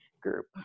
group